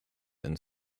and